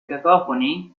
cacophony